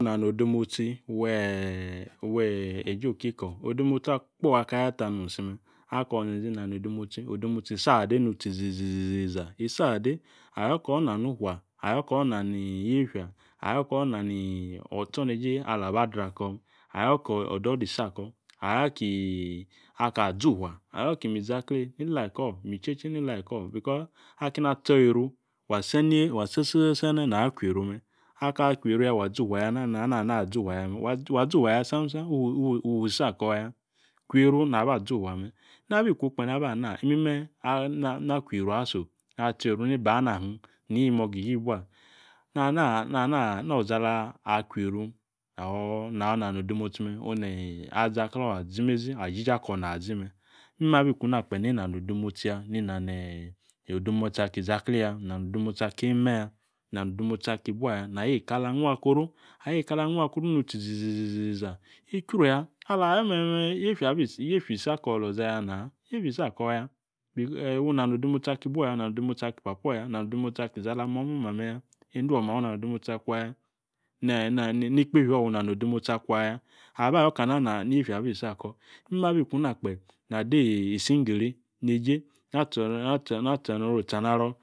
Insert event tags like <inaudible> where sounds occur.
. Ina no odemotsi <hesitation> we eeje okiko odomotsi akpo akaya ta nung isi me̱ ako inzenze inano odemotsi odemotsi isi ade nutsibizi ziziza isi ade ayo ko na ufua ayo ko nani yiefya ayo ko inano otsoneje ala aba dra ko ayo ko odo̱do̱ isi ako ayo ki ako azufua ayo mizaklee ilike ko mi cheche ni uke ko becuse akeni atso yieru wa <hesitation> sososo sene na achieru me aka kwienu ya wa zufua ya na <hesitation> wa zufua ya sam sam ufua isi ako ya kwieru naba zufua me̱ Nabi ku naba ana mime <hesitation> na kwieru aso ka chicru ni bana hin ni imo̱ga iyibua <hesitation> Na o̱zi ala akwieru or na no̱ odemotsi me̱ one ali zi klo̱ azimezi ajiji ako imme abi kuna kpe no odemotsi ya, nino <hesitation> odemotsi aki izaklee ya nina no odemotsi aki imme ya nina no odemotsi aki ibu ya na ayo eka ala nuakoru na ayo eka ala nuakoru nutsi iziziziza. Ichru ya ala ayo me̱me̱me̱ yiefya <hesitation> isi koloza ya na yiefya isi ako ya wu nano odemotsi aki ibuo ya nano odemotsi aki papo̱ ya wu nano odemotsi aki izi ala mo̱mo̱ ma meya e̱ndwoma wu nano odemotsi akwa ya ni <hesitation> kpifio wu nano odemotsi akwa ya. Aba ayo kana <hesitation> niefya abi isi ako̱. Imme abi kuna kpe na di isingiri neeje <hesitation> na tsoru ots naro̱.